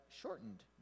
shortened